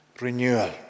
renewal